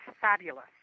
fabulous